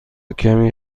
کمی